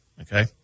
Okay